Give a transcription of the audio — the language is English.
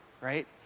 right